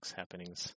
happenings